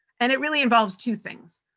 and it really involves two things.